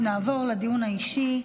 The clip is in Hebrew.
נעבור לדיון האישי.